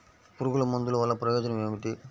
పురుగుల మందుల వల్ల ప్రయోజనం ఏమిటీ?